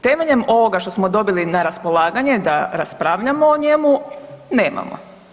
Temeljem ovoga što smo dobili na raspolaganje da raspravljamo o njemu, nemamo.